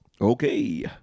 Okay